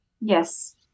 Yes